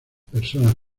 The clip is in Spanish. personas